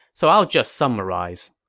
so i'll just summarize.